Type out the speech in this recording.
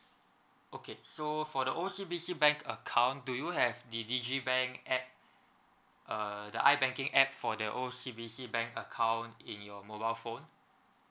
okay so for the O_C_B_C bank account do you have the digibank app uh the ibanking app for the O_C_B_C bank account in your mobile phone